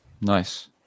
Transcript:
nice